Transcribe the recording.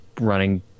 running